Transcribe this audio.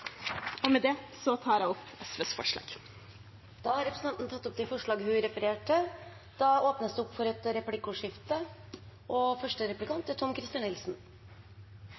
Med det tar jeg opp SVs forslag. Representanten Kari Elisabeth Kaski har tatt opp de forslagene hun refererte til.